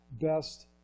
best